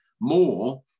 more